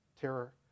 terror